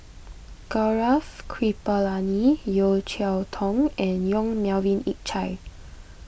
Gaurav Kripalani Yeo Cheow Tong and Yong Melvin Yik Chye